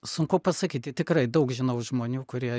sunku pasakyti tikrai daug žinau žmonių kurie